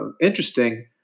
interesting